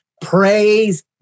Praise